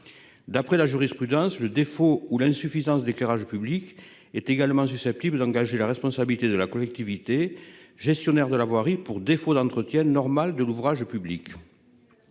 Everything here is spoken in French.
D'après la jurisprudence, le défaut ou l'insuffisance d'éclairage public est également susceptible d'engager la responsabilité de la collectivité gestionnaire de la voirie pour défaut d'entretien normal de l'ouvrage public.